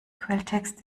quelltext